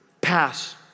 pass